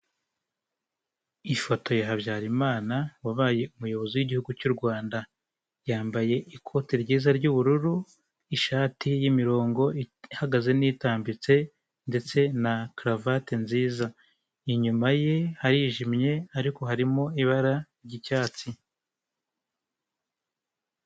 Ifoto ya Habyarimana, wabaye umuyobozi w'igihugu cy'u Rwanda. Yambaye ikote ryiza ry'ubururu, ishati y'imirongo ihagaze n'itambitse ndetse na karuvate nziza, inyuma ye harijimye ariko harimo ibara ry'icyatsi.